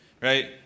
right